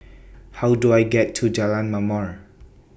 How Do I get to Jalan Ma'mor